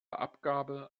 abgabe